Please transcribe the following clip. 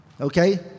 Okay